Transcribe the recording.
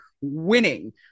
winning